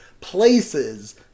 places